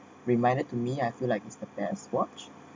reminded to me I feel like it's the best watch